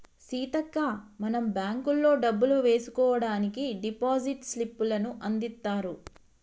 సీతక్క మనం బ్యాంకుల్లో డబ్బులు వేసుకోవడానికి డిపాజిట్ స్లిప్పులను అందిత్తారు